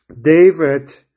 David